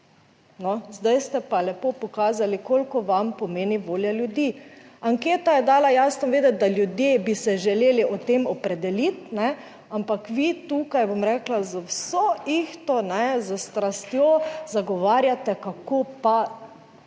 zdaj ste pa lepo pokazali, koliko vam pomeni volja ljudi. Anketa je dala jasno vedeti, da ljudje bi se želeli o tem opredeliti, ampak vi tukaj, bom rekla, z vso ihto, s strastjo zagovarjate, kako pa